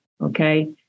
Okay